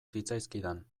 zitzaizkidan